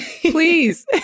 Please